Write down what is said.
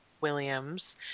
Williams